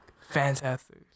Fantastic